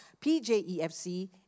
PJEFC